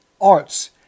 arts